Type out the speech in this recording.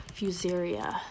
Fusaria